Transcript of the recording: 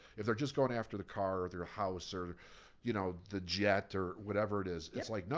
if they're just going after the car or their house or you know the jet or whatever it is, it's like,